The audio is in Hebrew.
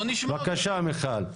בבקשה מיכל.